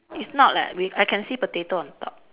it's not leh we I can see potato on top